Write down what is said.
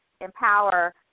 empower